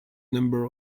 number